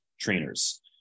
trainers